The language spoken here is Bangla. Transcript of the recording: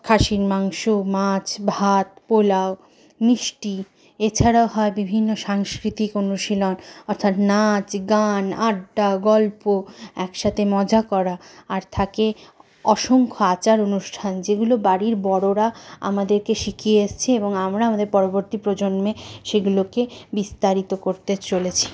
খাসির মাংস মাছ ভাত পোলাও মিষ্টি এছাড়া হয় বিভিন্ন সাংস্কৃতিক অনুশীলন অর্থাৎ নাচ গান আড্ডা গল্প একসাথে মজা করা আর থাকে অসংখ্য আচার অনুষ্ঠান যেগুলো বাড়ির বড়োরা আমাদেরকে শিখিয়ে এসেছে এবং আমরা আমাদের পরবর্তী প্রজন্মে সেগুলোকে বিস্তারিত করতে চলেছি